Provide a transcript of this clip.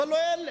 אבל לא אלה.